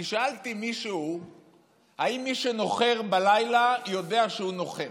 אני שאלתי מישהו אם מי שנוחר בלילה יודע שהוא נוחר.